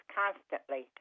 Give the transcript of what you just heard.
constantly